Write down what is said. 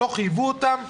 לא חייבו אותם.